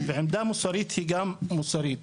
ועמדה מוסרית היא גם מוסרית.